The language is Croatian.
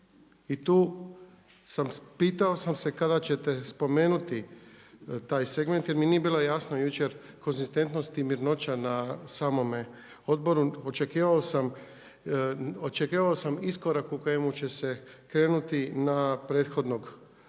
I tu, pitao sam se kada ćete spomenuti taj segment jer mi nije bilo jasno jučer konzistentnost i mirnoća na samome odboru. Očekivao sam iskorak u kojemu će se krenuti na prethodnog v.d.